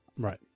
Right